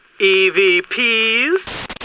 EVPs